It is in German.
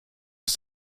ist